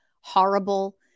horrible